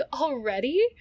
already